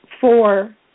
four